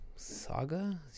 Saga